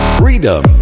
freedom